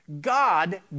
God